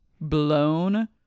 blown